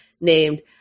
named